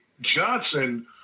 Johnson